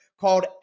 called